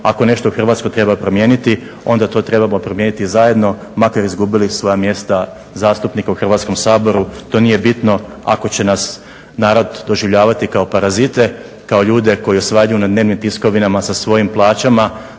Ako nešto u Hrvatskoj treba promijeniti, onda to trebamo promijeniti zajedno makar izgubili svoja mjesta zastupnika u Hrvatskom saboru. To nije bitno ako će nas narod doživljavati kao parazite, kao ljude koji osvanjuju na dnevnim tiskovinama sa svojim plaćama,